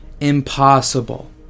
Impossible